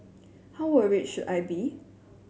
how worried should I be